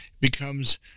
becomes